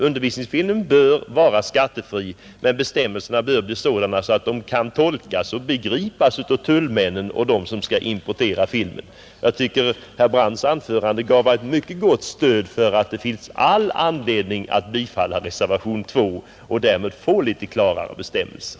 Undervisningsfilm bör vara skattefri, men bestämmelserna bör bli sådana att de kan tolkas och begripas av tullmännen och dem som skall importera film. Jag tycker att herr Brandts anförande gav ett mycket gott stöd för att det finns all anledning att bifalla reservationen 2 och därmed få litet klarare bestämmelser.